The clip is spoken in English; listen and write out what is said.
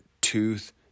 tooth